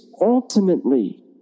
ultimately